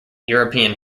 european